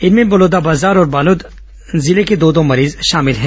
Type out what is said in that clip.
इनमें बलौदाबाजार और बालोद जिले के दो दो मरीज शामिल हैं